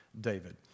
David